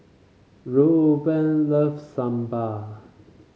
Rueben loves Sambar